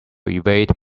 evade